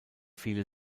viele